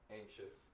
anxious